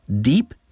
deep